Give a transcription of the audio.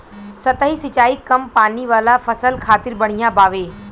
सतही सिंचाई कम पानी वाला फसल खातिर बढ़िया बावे